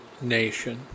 nation